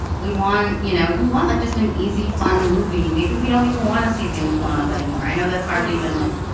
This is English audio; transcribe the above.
we want you know, we want, like, just an easy, fun movie. maybe we don't even want to see things blown up anymore. i know that's hard to even, like,